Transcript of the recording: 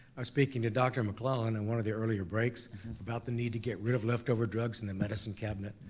i was speaking to dr. mcclellan in and one of the earlier breaks about the need to get rid of leftover drugs in the medicine cabinet.